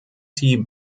sie